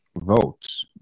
Votes